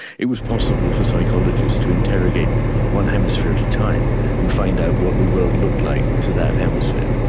it was possible for psychologists to interrogate one hemisphere at a time and find out what the world looked like to that hemisphere.